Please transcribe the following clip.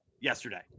yesterday